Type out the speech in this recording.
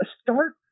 start